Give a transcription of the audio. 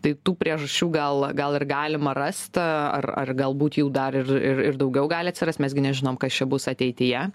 tai tų priežasčių gal gal ir galima rast ar ar galbūt jų dar ir ir daugiau gali atsirast mes gi nežinom kas čia bus ateityje